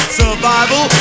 survival